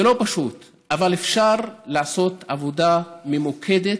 זה לא פשוט, אבל אפשר לעשות עבודה ממקדת